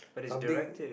something